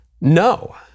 no